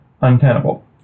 untenable